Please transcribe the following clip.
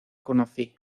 conocí